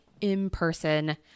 in-person